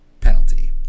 penalty